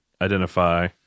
identify